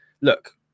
look